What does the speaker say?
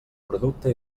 producte